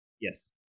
yes